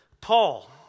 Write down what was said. Paul